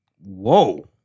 Whoa